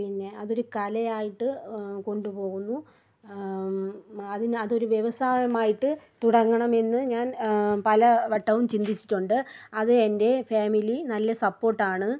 പിന്നെ അതൊരു കലയായിട്ട് കൊണ്ടു പോകുന്നു അതിന് അതൊരു വ്യവസായമായിട്ട് തുടങ്ങണമെന്ന് ഞാൻ പല വട്ടവും ചിന്തിച്ചിട്ടുണ്ട് അത് എൻ്റെ ഫാമിലി നല്ല സപ്പോർട്ട് ആണ്